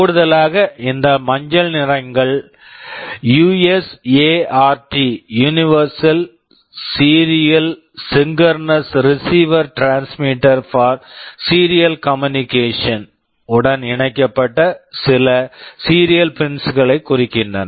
கூடுதலாக இந்த மஞ்சள் நிறங்கள் USART universal serial synchronous receiver transmitter for serial communication USART universal serial asynchronous receiver transmitter for serial communication உடன் இணைக்கப்பட்ட சில சீரியல் பின்ஸ் pins களைக் குறிக்கின்றன